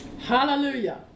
Hallelujah